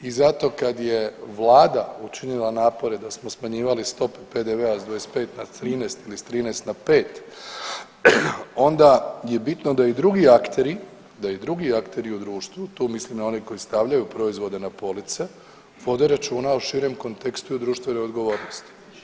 I zato kad je vlada učinila napore da smo smanjivali stope PDV-a s 25 na 13 ili s 13 na 5 onda je bitno da i drugi akteri, da i drugi akteri u društvu, tu mislim na one koji stavljaju proizvode na police vode računa o širem kontekstu i društvenoj odgovornosti.